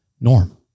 Norm